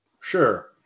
Sure